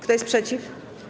Kto jest przeciw?